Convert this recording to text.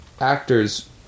actors